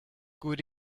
good